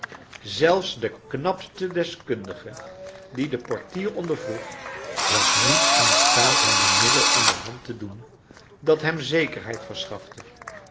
zelfs de knapste deskundige dien de portier ondervoeg was niet in staat hem een middel aan de hand te doen dat hem zekerheid verschafte